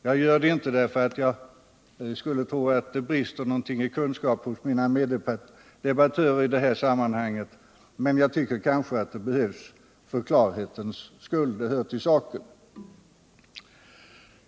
Jag gör det inte därför att jag skulle tro att det brister i kunskap hos mina meddebattörer i detta sammanhang, men jag tycker att det kan behövas för klarhetens skull. Det hör till saken.